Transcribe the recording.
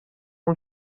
اون